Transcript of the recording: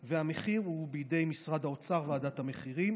והמחיר הוא בידי משרד האוצר, ועדת המחירים.